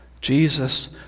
Jesus